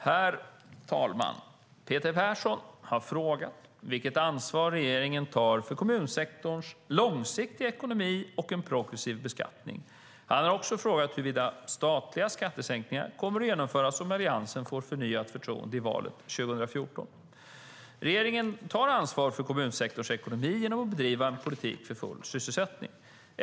Herr talman! Peter Persson har frågat vilket ansvar regeringen tar för kommunsektorns långsiktiga ekonomi och en progressiv beskattning. Han har också frågat huruvida statliga skattesänkningar kommer att genomföras om Alliansen får förnyat förtroende i valet 2014. Regeringen tar ansvar för kommunsektorns ekonomi genom att bedriva en politik för full sysselsättning.